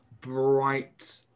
bright